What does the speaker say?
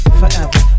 forever